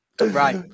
Right